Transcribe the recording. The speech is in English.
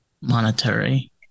monetary